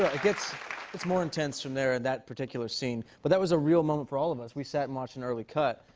it gets gets more intense from there, that particular scene. but that was a real moment for all of us. we sat and watched an early cut,